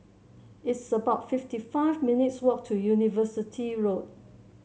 it's about fifty five minutes' walk to University Road